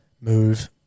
Move